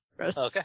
Okay